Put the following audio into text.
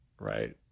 Right